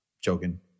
Joking